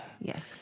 Yes